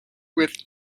with